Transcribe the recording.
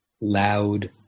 loud